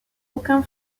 aucun